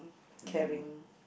caring